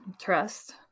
Trust